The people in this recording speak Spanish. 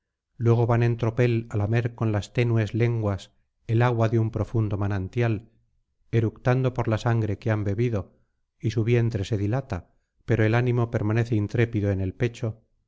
luego van en tropel á lamer con las tenues lenguas el agua de un profundo manantial eructando por la sangre que han bebido y su vientre se dilata pero el ánimo permanece intrépido en el pecho de